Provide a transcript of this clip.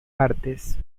artes